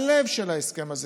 הלב של ההסכם הזה.